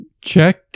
check